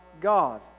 God